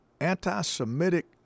anti-Semitic